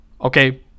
Okay